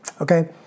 okay